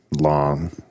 Long